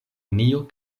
unio